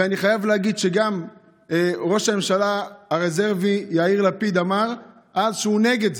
ואני חייב להגיד שגם ראש הממשלה הרזרבי יאיר לפיד אמר אז שהוא נגד זה,